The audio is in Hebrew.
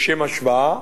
לשם השוואה,